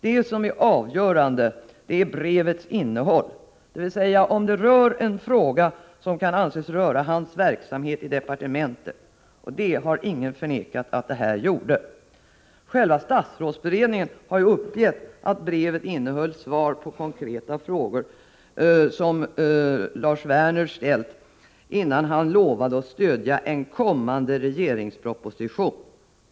Det som är avgörande är brevets innehåll, dvs. om det gäller en fråga som kan anses röra hans verksamhet i departementet. Det senare har ingen förnekat. Själva statsrådsberedningen har ju uppgivit att brevet innehöll svar på konkreta frågor som Lars Werner ville ha svar på, innan han lovade att stödja en kommande regeringsproposition.